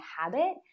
habit